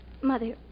Mother